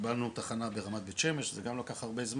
קיבלנו תחנה ברמת בית שמש, זה גם לקח הרבה זמן,